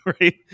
right